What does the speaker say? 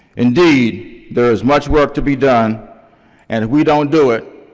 indeed, there is much work to be done and if we don't do it,